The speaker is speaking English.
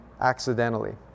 accidentally